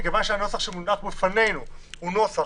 מכיוון שהנוסח שמונח בפנינו הוא נוסח